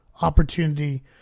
opportunity